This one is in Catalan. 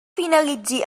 finalitzi